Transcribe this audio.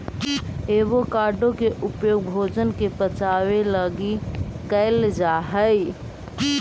avocado के उपयोग भोजन के पचाबे लागी कयल जा हई